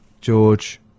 George